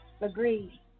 Agreed